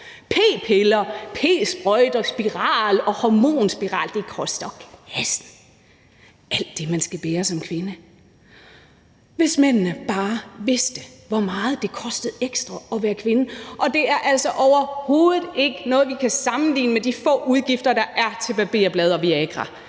P-piller, p-sprøjter, spiraler og hormonspiraler koster kassen, altså alt det, man skal bære som kvinde. Hvis mændene bare vidste, hvor meget det kostede ekstra at være kvinde, og det er altså overhovedet ikke noget, vi kan sammenligne med de få udgifter, der er til barberblade og viagra.